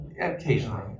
occasionally